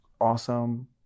awesome